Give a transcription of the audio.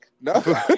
no